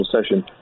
session